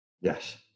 Yes